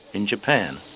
in japan.